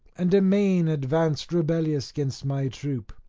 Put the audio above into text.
and amain advanced rebellious gainst my troop.